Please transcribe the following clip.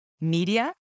media